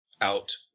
out